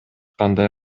кандай